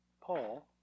Paul